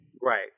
Right